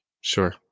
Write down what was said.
Sure